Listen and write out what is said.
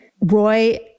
Roy